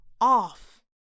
off